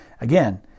Again